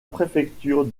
préfecture